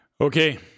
Okay